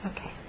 Okay